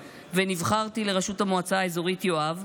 ונבחרתי לראשות המועצה האזורית יואב.